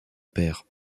père